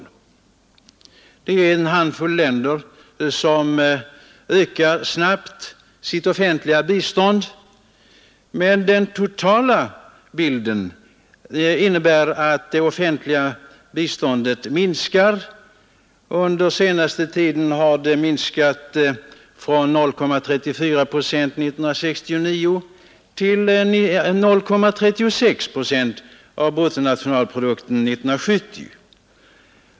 Det är en handfull länder som snabbt ökar sitt offentliga bistånd, men den totala bilden innebär att det minskar. Under senaste tiden har det minskat från 0,36 procent av bruttonationalprodukten år 1969 till 0,34 procent år 1970.